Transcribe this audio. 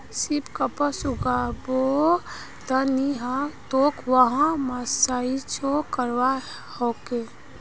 सिर्फ कपास उगाबो त नी ह तोक वहात मर्सराइजो करवा ह तोक